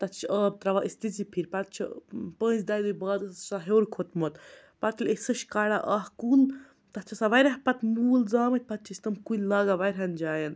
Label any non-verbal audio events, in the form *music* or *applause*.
تَتھ چھِ آب ترٛاوان أسۍ تِژی پھِرۍ پَتہٕ چھِ پٲنٛژِ دَہہِ دُہہِ بعد *unintelligible* سُہ چھُ آسان ہیٛور کھوٚتمُت پَتہٕ ییٚلہِ أسۍ سُہ چھِ کَڑان اکھ کُل تَتھ چھِ آسان واریاہ پَتہٕ موٗل زٲمِتۍ پَتہٕ چھِ أسۍ تِم کُلۍ لاگان واریاہَن جایَن